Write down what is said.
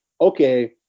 okay